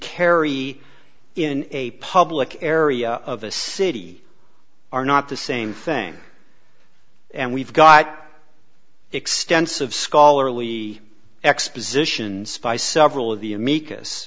kerry in a public area of the city are not the same thing and we've got extensive scholarly expositions by several of the amicus